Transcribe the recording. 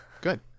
good